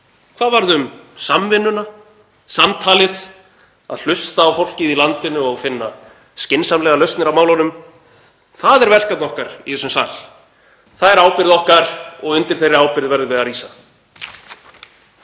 Hvað varð um samvinnuna? Samtalið? Að hlusta á fólkið í landinu og finna skynsamlegar lausnir á málunum? Það er verkefni okkar í þessum sal. Það er ábyrgð okkar og undir þeirri ábyrgð verðum við að rísa.